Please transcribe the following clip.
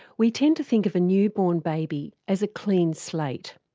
we tend to think of a newborn baby as a clean slate,